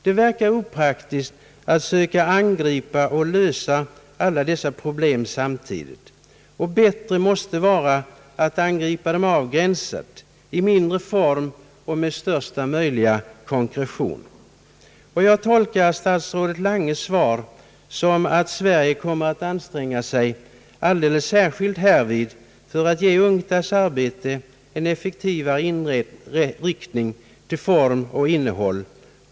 Det verkar opraktiskt att söka angripa och lösa alla dessa problem samtidigt, och det måste vara bättre att angripa dem avgränsat i mindre form och med största möjliga konkretion. Låt mig tolka statsrådet Langes svar så att Sverige kommer att anstränga sig alldeles särskilt härvid för att ge UNCTAD:s arbete en effektivare inriktning till form och innehåll.